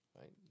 Right